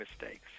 mistakes